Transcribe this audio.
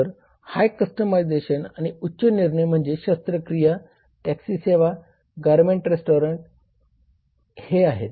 तर high customization आणि उच्च निर्णय म्हणजे शस्त्रक्रिया टॅक्सी सेवा गोरमेंट रेस्टॉरंट आहे